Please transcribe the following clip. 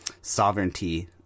sovereignty